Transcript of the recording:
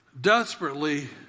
desperately